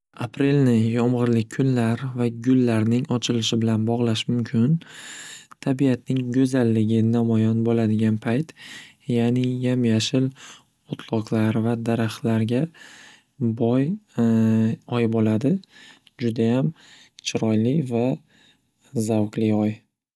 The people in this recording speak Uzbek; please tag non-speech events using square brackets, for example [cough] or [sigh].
Aprelni yomg'irli kunlar va gullarning ochilishi bilan bog'lash mumkin tabiatning go'zalligi namoyon bo'ladigan payt ya'ni yam yashil o'tloqlar va daraxtlarga boy [hesitation] oy bo'ladi judayam chiroyli va zavqli oy.